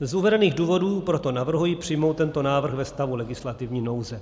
Z uvedených důvodů proto navrhuji přijmout tento návrh ve stavu legislativní nouze.